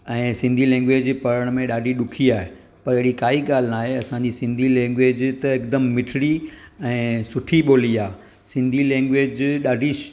ऐं सिंधी लैंग्वेज पढ़ण में ॾाढी ॾुखी आहे पर अहिड़ी काई ॻाल्हि ना आहे असांजी सिंधी लैंग्वेज त हिकदमि मिठड़ी ऐं सुठी ॿोली आहे सिंधी लैंग्वेज ॾाढी